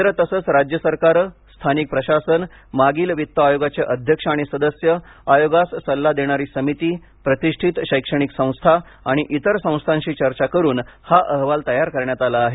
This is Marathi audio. केंद्र तसच राज्य सरकारे स्थानिक प्रशासन मागील वित्त आयोगाचे अध्यक्ष आणि सदस्य आयोगास सल्ला देणारी समिती प्रतिछित शैक्षणिक संस्था आणि इतर संस्थाशी चर्चा करून हा अहवाल तयार करण्यात आला आहे